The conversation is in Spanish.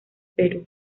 perú